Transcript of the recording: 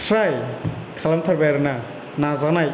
try खालामथारबाय आरो ना नाजानाय